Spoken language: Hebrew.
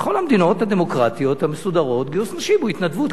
בכל המדינות הדמוקרטיות המסודרות גיוס נשים הוא התנדבות.